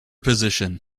position